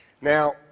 Now